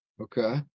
Okay